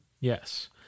Yes